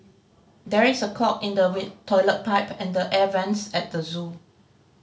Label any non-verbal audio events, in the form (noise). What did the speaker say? there is a clog in the (unintelligible) toilet pipe and the air vents at the zoo